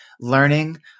learning